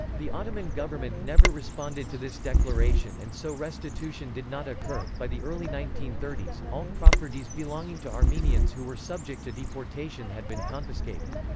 the ottoman government never responded to this declaration and so restitution did not occur by the early nineteen thirty s, all properties belonging to armenians who were subject to deportation had been confiscated.